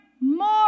More